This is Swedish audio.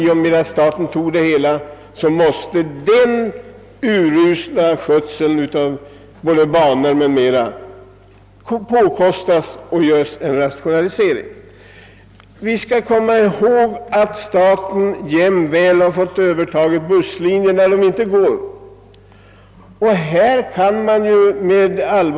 I och med att staten övertagit det hela efter den urusla skötseln av banorna m.m. har staten måst ta på sig stora kostnader och rationalisera. Vi skall komma ihåg att staten jämväl fått överta busslinjer, när de inte längre varit ekonomiskt lönande att driva.